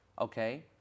okay